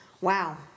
Wow